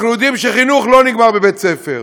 אנחנו יודעים שחינוך לא נגמר בבית-ספר,